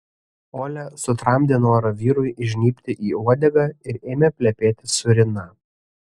olia sutramdė norą vyrui įžnybti į uodegą ir ėmė plepėti su rina